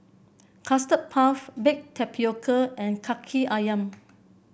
Custard Puff Baked Tapioca and Kaki ayam